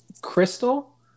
Crystal